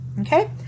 Okay